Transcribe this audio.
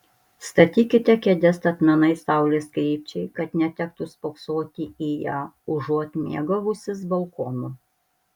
statykite kėdes statmenai saulės krypčiai kad netektų spoksoti į ją užuot mėgavusis balkonu